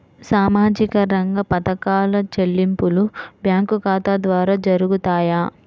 సామాజిక రంగ పథకాల చెల్లింపులు బ్యాంకు ఖాతా ద్వార జరుగుతాయా?